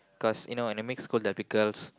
cause you know when it's mixed school there'll be girls